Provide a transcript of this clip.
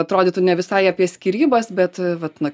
atrodytų ne visai apie skyrybas bet vat na